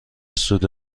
سود